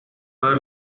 her